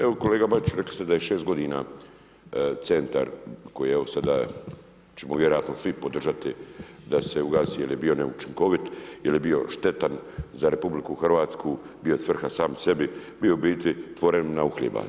Evo kolega Bačić, rekli ste da je 6 godina centar koji evo sada ćemo vjerojatno svi podržati da se ugasi jer je bio neučinkovit, jer je bio štetan za RH, bio je svrha sam sebi, bio je u biti tvorevina uhljeba.